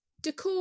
Decor